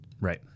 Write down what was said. Right